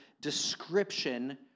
description